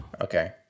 Okay